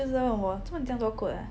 是什么怎么你这样多 coat ah